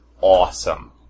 awesome